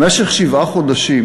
במשך שבעה חודשים